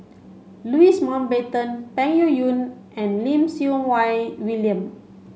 Louis Mountbatten Peng Yuyun and Lim Siew Wai William